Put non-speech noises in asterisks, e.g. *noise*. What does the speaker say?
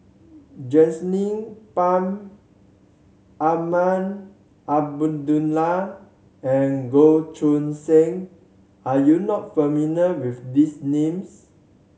*unintelligible* Pang Azman Abdullah and Goh Choo San are you not familiar with these names